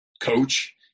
coach